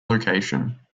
location